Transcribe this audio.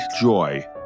joy